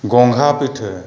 ᱜᱚᱝᱜᱷᱟ ᱯᱤᱴᱷᱟᱹ